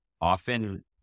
Often